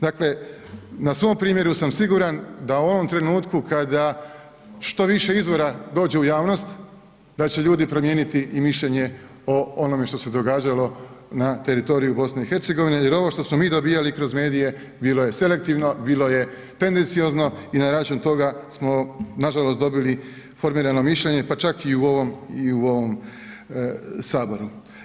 Dakle, na svom primjeru sam siguran da u ovom trenutku kada što više izvora dođe u javnost, da će ljudi promijeniti i mišljenje o onome što se događalo na teritoriju BiH, jer ovo što smo mi dobivali kroz medije bilo je selektivno, bilo je tendenciozno i na račun toga smo nažalost dobili formirano mišljenje, pa čak i u ovom saboru.